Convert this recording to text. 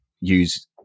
use